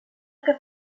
què